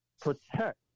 protect